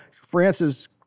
Francis